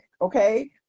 okay